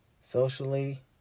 Socially